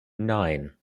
nine